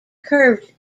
curved